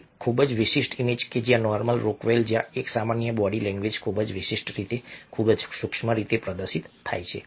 એક ખૂબ જ વિશિષ્ટ ઇમેજ જ્યાં નોર્મન રોકવેલ જ્યાં એક સામાન્ય બોડી લેંગ્વેજ ખૂબ જ વિશિષ્ટ રીતે ખૂબ જ સૂક્ષ્મ રીતે પ્રદર્શિત થાય છે